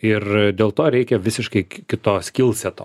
ir dėl to reikia visiškai kito skilseto